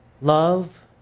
Love